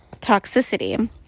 toxicity